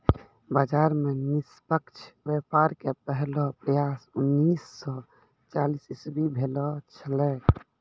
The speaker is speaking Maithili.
बाजार मे निष्पक्ष व्यापार के पहलो प्रयास उन्नीस सो चालीस इसवी भेलो छेलै